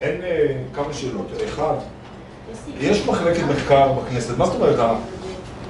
‫אין כמה שאלות. ‫אחת, יש מחלקת מתקר בכנסת, ‫מה זאת אומרת, אה?